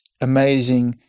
amazing